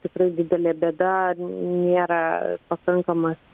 tikrai didelė bėda nėra pakankamas